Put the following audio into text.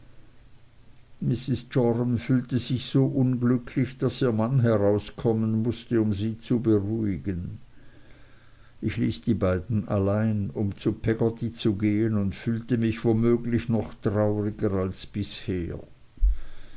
mrs joram fühlte sich so unglücklich daß ihr mann herauskommen mußte um sie zu beruhigen ich ließ die beiden allein um zu peggotty zu gehen und fühlte mich womöglich noch trauriger als bisher